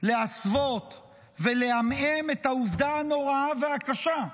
להסוות ולעמעם את העובדה הנוראה והקשה,